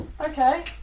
Okay